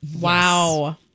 Wow